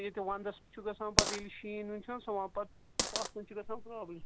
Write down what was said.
ییٚتہِ وَنٛدَس چھُ گژھان پَتہٕ ییٚلہِ شیٖن ویٖن چھُناہ آسان پَتہٕ اَتھ منٛز چھِ گژھان پرٛابلِم